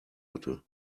hatte